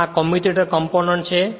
તેથી આ કમ્યુટેટર કમ્પોનન્ટછે